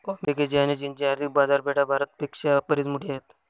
अमेरिकेची आणी चीनची आर्थिक बाजारपेठा भारत पेक्षा बरीच मोठी आहेत